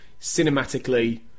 cinematically